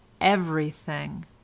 everything